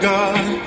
God